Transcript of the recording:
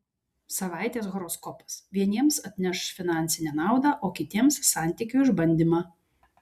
savaitės horoskopas vieniems atneš finansinę naudą o kitiems santykių išbandymą